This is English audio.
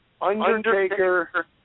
Undertaker –